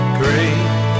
great